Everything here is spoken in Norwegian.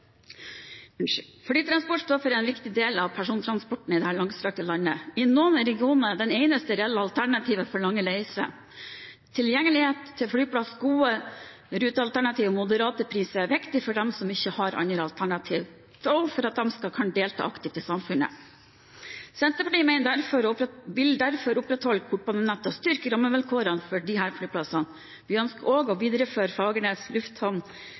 Flytransport står for en viktig del av persontransporten i dette langstrakte landet. I noen regioner er dette det eneste reelle alternativet på lange reiser. Tilgjengelighet til flyplass, gode rutealternativ og moderate priser er viktig for at de som ikke har andre alternativ, skal kunne delta aktivt i samfunnet. Senterpartiet vil derfor opprettholde kortbanenettet og styrke rammevilkårene for disse flyplassene. Vi ønsker også å videreføre Fagernes Lufthavn